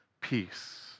peace